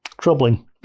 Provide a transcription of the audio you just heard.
Troubling